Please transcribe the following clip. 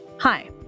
Hi